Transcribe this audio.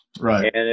Right